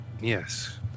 Yes